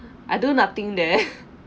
I do nothing there